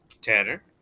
tanner